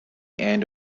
end